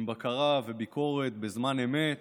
עם בקרה וביקורת, בזמן אמת,